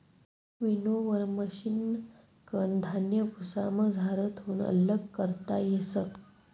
winnower मशिनकन धान्य भुसामझारथून आल्लग करता येस